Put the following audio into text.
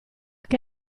che